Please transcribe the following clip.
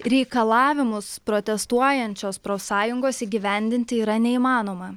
reikalavimus protestuojančios profsąjungos įgyvendinti yra neįmanoma